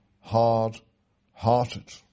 hard-hearted